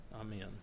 amen